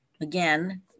again